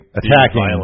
attacking